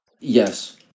yes